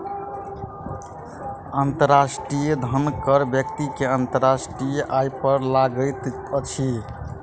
अंतर्राष्ट्रीय धन कर व्यक्ति के अंतर्राष्ट्रीय आय पर लगैत अछि